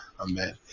Amen